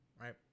right